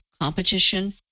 competition